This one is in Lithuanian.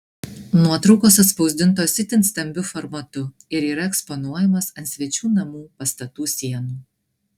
nuotraukos atspausdintos itin stambiu formatu ir yra eksponuojamos ant svečių namų pastatų sienų